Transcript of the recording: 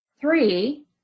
Three